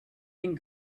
and